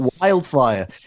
wildfire